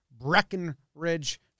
Breckenridge